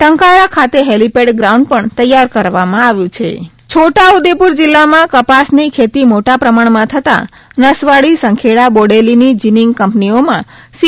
ટંકારા ખાતે helipad ground પણ તૈયાર કરાયેલ છે કપાસ છોટા ઉદેપુર જિલ્લા માં કપાસની ખેતી મોટા પ્રમાણમાં થતાં નસવાડી સંખેડા બોડેલીની જીનીગ કંપનીઓમાં સી